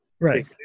Right